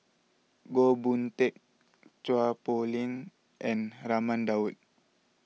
Goh Boon Teck Chua Poh Leng and Raman Daud